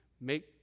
make